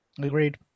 Agreed